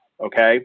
Okay